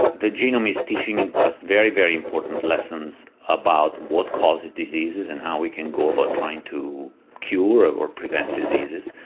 the genome is teaching and us very, very important lessons about what causes diseases and how we can go about trying to cure or prevent diseases.